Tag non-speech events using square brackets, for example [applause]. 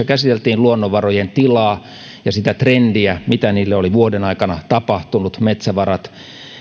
[unintelligible] käsiteltiin luonnonvarojen tilaa ja sitä trendiä mitä niille oli vuoden aikana tapahtunut metsävarat